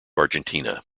argentina